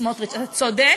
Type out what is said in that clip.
סמוֹטריץ, אתה צודק,